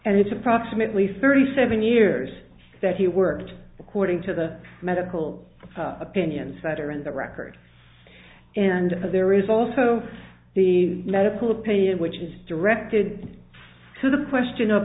and its approximately thirty seven years that he worked according to the medical opinions that are in the record and there is also the medical opinion which is directed to the question of